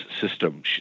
system